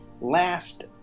last